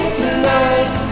tonight